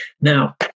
Now